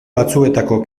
batzuetako